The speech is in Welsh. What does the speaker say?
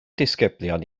disgyblion